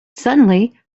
suddenly